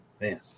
man